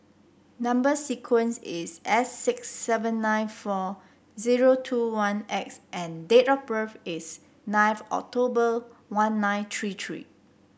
number sequence is S six seven nine four zero two one X and date of birth is ninth October one nine three three